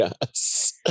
yes